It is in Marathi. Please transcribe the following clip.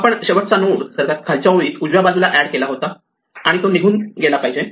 आपण शेवटचा नोड सर्वात खालच्या ओळीत उजव्या बाजूला ऍड केला होता आणि तो निघून गेला पाहिजे